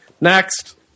Next